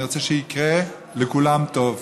אני רוצה שיקרה לכולם טוב,